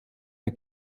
der